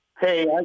Hey